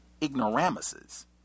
ignoramuses